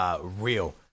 real